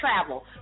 travel